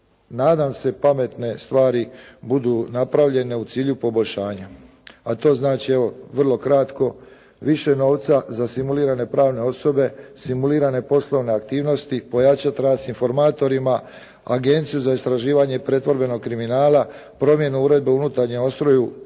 nadam se pametne stvari budu napravljene u cilju poboljšanja, a to znači evo vrlo kratko više novca za simulirane pravne osobe, simulirane poslovne aktivnosti, pojačat rad s informatorima, Agenciju za istraživanje pretvorbenog kriminala, promjenu Uredbe o unutarnjem ustroju